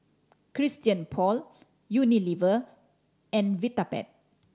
Christian Paul Unilever and Vitapet